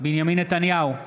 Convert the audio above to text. בנימין נתניהו,